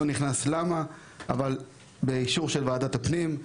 זה אושר בוועדת הפנים,